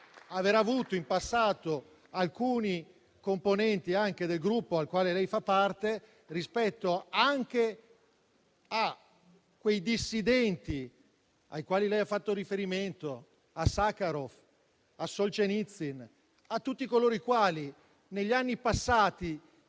aver avuto in passato alcuni componenti anche del Gruppo del quale lei fa parte, anche rispetto a quei dissidenti ai quali lei ha fatto riferimento: a Sakharov, a Solgenitsin e a tutti coloro i quali negli anni passati,